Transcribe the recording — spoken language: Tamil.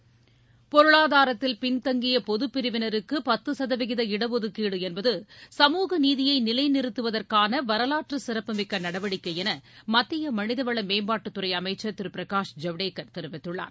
பொருளாதாரத்தில் பின்தங்கிய பொதுப்பிரிவினருக்கு பத்து சதவீத இடஒதுக்கிடு என்பது சமூக நீதியை நிலை நிறுத்துவதற்கான வரலாற்று சிறப்புமிக்க நடவடிக்கை என மத்திய மனிதவள மேம்பாட்டுத்துறை அமைச்சர் திரு பிரகாஷ் ஜவடேகர் தெரிவித்துளார்